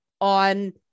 on